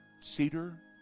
cedar